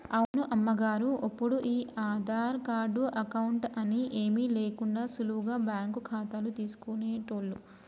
అవును అమ్మగారు ఒప్పుడు ఈ ఆధార్ కార్డు అకౌంట్ అని ఏమీ లేకుండా సులువుగా బ్యాంకు ఖాతాలు తీసుకునేటోళ్లు